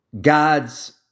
God's